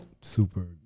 super